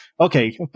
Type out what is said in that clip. okay